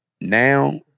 now